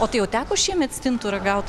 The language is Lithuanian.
o tai jau teko šiemet stintų ragaut